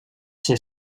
ser